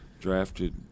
drafted